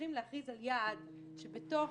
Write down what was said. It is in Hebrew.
צריכים להכריז על יעד שבתוך,